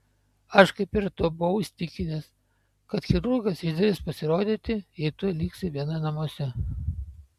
aš kaip ir tu buvau įsitikinęs kad chirurgas išdrįs pasirodyti jei tu liksi viena namuose